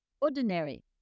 Ordinary